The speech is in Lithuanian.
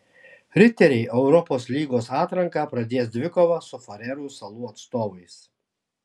riteriai europos lygos atranką pradės dvikova su farerų salų atstovais